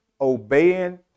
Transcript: Obeying